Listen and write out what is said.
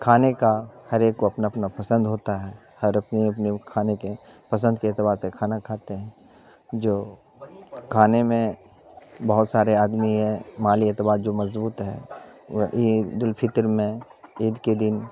کھانے کا ہر ایک کو اپنا اپنا پسند ہوتا ہے ہر اپنی اپنی کھانے کے پسند کے اعتبار سے کھانا کھاتے ہیں جو کھانے میں بہت سارے آدمی ہیں مالی اعتبار جو مضبوط ہے وہ عید الفطر میں عید کے دن